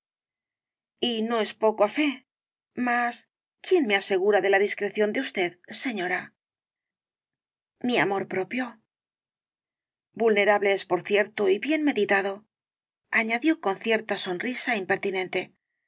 y no es poco á fe mas quién me asegura de la discreción de usted señora mi amor propio vulnerable es por cierto y bien meditadoañadió con cierta sonrisa impertinente